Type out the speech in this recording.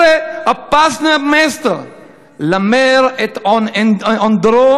(אומר דברים בשפות שונות.)